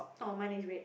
orh mine is red